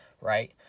Right